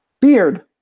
Beard